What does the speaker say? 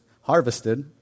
harvested